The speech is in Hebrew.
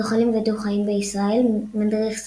זוחלים ודו-חיים בישראל - מדריך שדה,